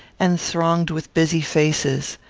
and thronged with busy faces.